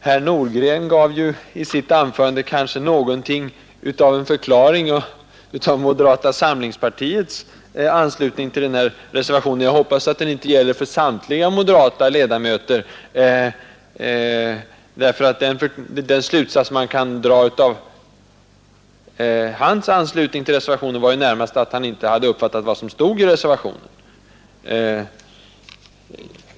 Herr Nordgren gav i sitt anförande kanske någonting av en förklaring av moderata samlingspartiets anslutning till reservationen, men jag hoppas att den inte gäller för samtliga moderata ledamöter. Den slutsats man kunde dra av hans inlägg var väl närmast att han nu inte helt vill stå för reservationen.